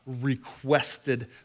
requested